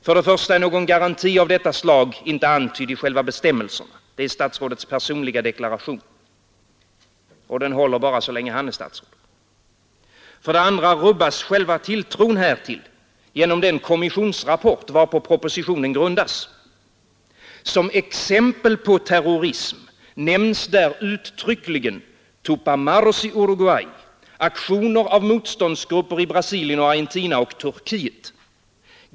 För det första är någon garanti av detta slag inte antydd i själva bestämmelserna, det är statsrådets personliga deklaration, och den håller bara så länge han är statsråd. För det andra rubbas själva tilltron härtill genom den kommissionsrapport, varpå propositionen grundas. Som exempel på terrorism nämns där uttryckligen Tupamaros i Uruguay, aktioner av motståndsgrupper i Brasilien, Argentina och Turkiet.